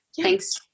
Thanks